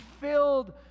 filled